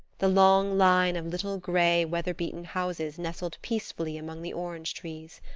the long line of little gray, weather-beaten houses nestled peacefully among the orange trees.